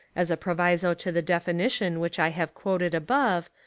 as a proviso to the definition which i have quoted above,